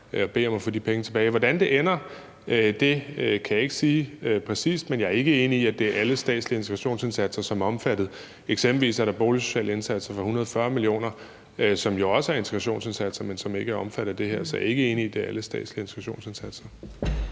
og bede om at få de penge tilbage. Hvordan det ender, kan jeg ikke sige præcist, men jeg er ikke enig i, at det er alle statslige integrationsindsatser, som er omfattet. Eksempelvis er der boligsociale indsatser for 140 mio. kr., som jo også er integrationsindsatser, men som ikke er omfattet af det her. Så jeg er ikke enig i, at det er alle statslige integrationsindsatser.